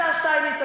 השר שטייניץ,